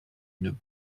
une